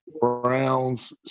Browns